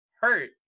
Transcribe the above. hurt